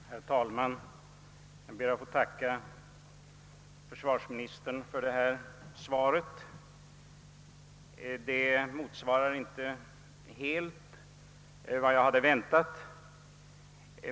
Herr talman! Jag ber att få tacka försvarsministern för svaret. Det motsvarar inte helt vad jag hade väntat.